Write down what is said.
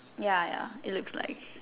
ya ya it looks like